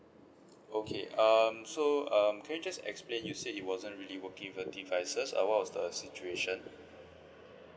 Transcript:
okay um so um can you just explain you say it wasn't really working with the devices uh what was the situation